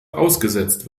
ausgesetzt